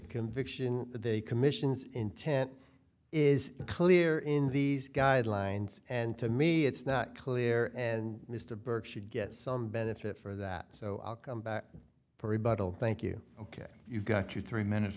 conviction they commissions intent is clear in these guidelines and to me it's not clear and mr burke should get some benefit for that so i'll come back for rebuttal thank you ok you've got your three minutes